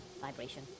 vibration